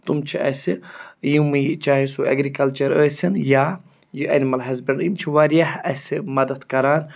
تِم چھِ اَسہِ یِمٕے چاہے سُہ اٮ۪گرِکَلچَر ٲسِن یا یہِ ایٚنِمٕل ہزبنٛڈرٛی یِم چھِ واریاہ اَسہِ مَدَد کَران